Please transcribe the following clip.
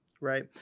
right